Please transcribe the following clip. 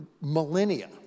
millennia